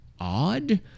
odd